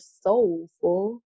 soulful